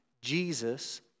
Jesus